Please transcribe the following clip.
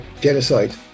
genocide